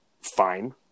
fine